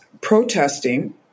Protesting